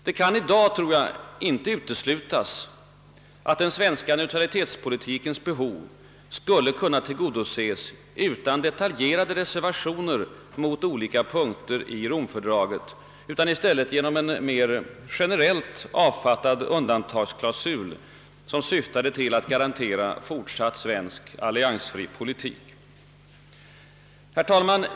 Det kan i dag, tror jag, inte uteslutas att den svenska neutralitetspolitikens behov skulle kunna tillgodoses utan detaljerade reservationer mot olika punkter i Romfördraget och i stället genom en mera generellt avfattad undantagsklausul, som syftade till att garantera fortsatt svensk alliansfri politik. Herr talman!